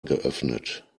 geöffnet